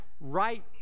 right